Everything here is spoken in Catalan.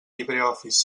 libreoffice